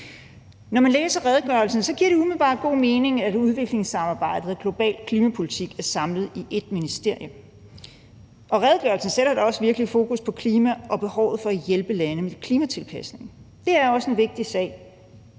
Når man læser redegørelsen, giver det umiddelbart god mening, at udviklingssamarbejde og global klimapolitik er samlet i ét ministerium, og redegørelsen sætter da også virkelig fokus på klimaet og behovet for at hjælpe lande med klimatilpasning. Det er også en vigtig sag,